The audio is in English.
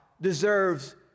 deserves